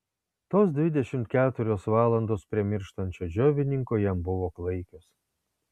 tos dvidešimt keturios valandos prie mirštančio džiovininko jam buvo klaikios